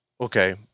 okay